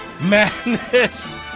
Madness